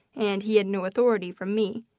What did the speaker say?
and he had no authority from me,